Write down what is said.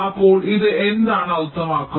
അപ്പോൾ ഇത് എന്താണ് അർത്ഥമാക്കുന്നത്